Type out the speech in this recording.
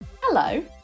hello